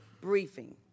briefing